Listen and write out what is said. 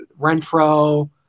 Renfro